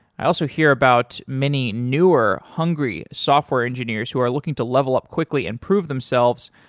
i also hear about many newer, hungry software engineers who are looking to level up quickly and prove themselves